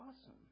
awesome